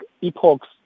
epochs